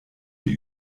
die